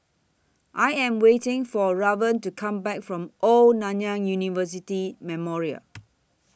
I Am waiting For Raven to Come Back from Old Nanyang University Memorial